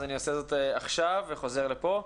אז אני עושה זאת עכשיו וחוזר לפה.